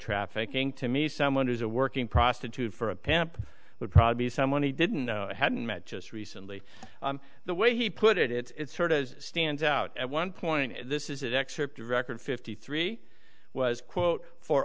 trafficking to me someone who's a working prostitute for a pimp would probably be someone he didn't hadn't met just recently the way he put it it's sort of stands out at one point this is an excerpt of record fifty three was quote for